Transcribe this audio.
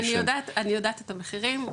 אני יודעת את המחירים.